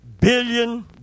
billion